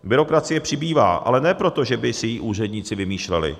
Byrokracie přibývá, ale ne proto, že by si ji úředníci vymýšleli.